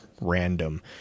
random